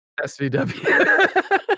SVW